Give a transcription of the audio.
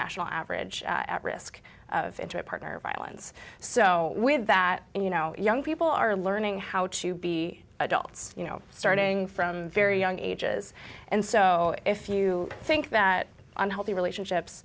national average at risk into a partner violence so with that you know young people are learning how to be adults you know starting from very young ages and so if you think that unhealthy relationships